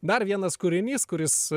dar vienas kūrinys kuris